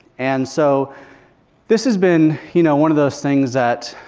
and so this has been you know one of those things that